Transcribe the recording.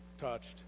touched